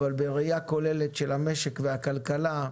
אבל בראייה כוללת של המשק והכלכלה,